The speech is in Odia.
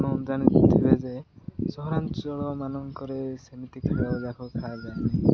ଆପଣ ଜାଣି ପାରୁଥିବେ ଯେ ସହରାଞ୍ଚଳ ମାନଙ୍କରେ ସେମିତି ଖେଳ ଯାକ ଖାଏ ଯାଏ ନାହିଁ